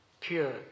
pure